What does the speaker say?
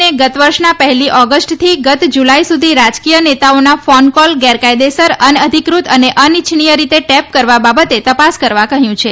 ને ગતવર્ષના પહેલી ઓગસ્ટથી ગત જુલાઇ સુધી રાજકીય નેતાઓના ફોન કોલ ગેરકાયદેસર અનઅધિકૃત અને અનિચ્છનીય રીતે ટેપ કરવા બાબતે તપાસ કરવા કહ્યું છે